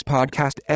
Podcast